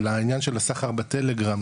על העניין של הסחר בטלגרם,